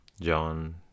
John